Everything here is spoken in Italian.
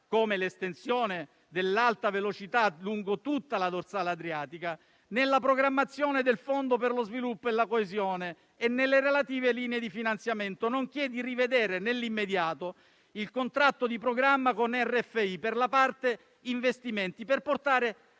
come l'estensione dell'Alta velocità lungo tutta la dorsale adriatica, nella programmazione del Fondo per lo sviluppo e la coesione e nelle relative linee di finanziamento, nonché di rivedere nell'immediato il contratto di programma con RFI per la parte investimenti, per portare